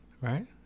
right